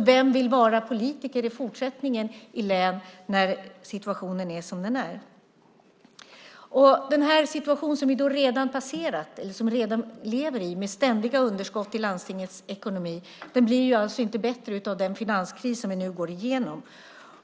Vem vill vara politiker i fortsättningen i länet när situationen är som den är? Den situation som vi redan lever i med ständiga underskott i landstingets ekonomi blir inte bättre av den finanskris vi nu går igenom.